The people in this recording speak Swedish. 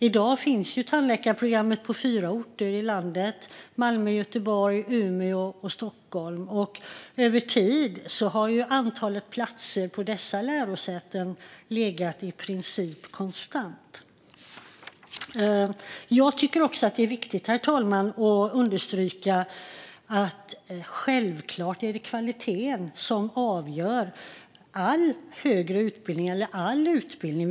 I dag finns tandläkarprogrammet på fyra orter i landet - Malmö, Göteborg, Umeå och Stockholm - och över tid har antalet platser på dessa lärosäten i princip varit konstant. Herr talman! Jag tycker att det är viktigt att understryka att det självklart är kvaliteten som avgör all utbildning.